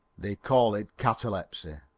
they call it catalepsy.